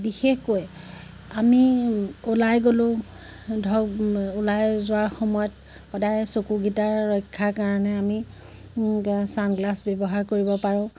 বিশেষকৈ আমি ওলাই গ'লো ধৰক ওলাই যোৱাৰ সময়ত সদায় চকুকেইটাৰ ৰক্ষাৰ কাৰণে আমি চানগ্লাছ ব্যৱহাৰ কৰিব পাৰোঁ